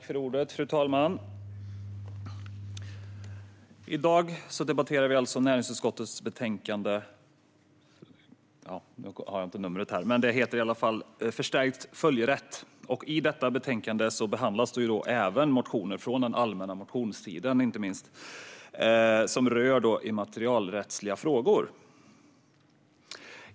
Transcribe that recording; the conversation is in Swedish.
Fru talman! I dag debatterar vi näringsutskottets betänkande nr 14, Förstärkt följerätt . I betänkandet behandlas även motioner från allmänna motionstiden som rör immaterialrättsliga frågor.